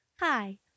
Hi